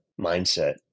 mindset